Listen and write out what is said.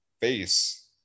face